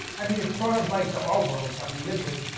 i mean it's sort of like the art world that we live in,